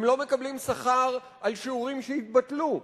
הם לא מקבלים שכר על שיעורים שהתבטלו,